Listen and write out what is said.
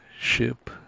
ship